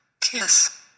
kiss